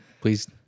Please